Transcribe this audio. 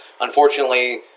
Unfortunately